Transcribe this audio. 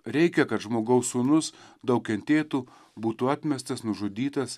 reikia kad žmogaus sūnus daug kentėtų būtų atmestas nužudytas